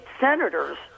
senators